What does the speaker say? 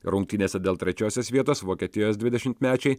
rungtynėse dėl trečiosios vietos vokietijos dvidešimmečiai